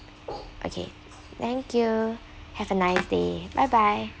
okay thank you have a nice day bye bye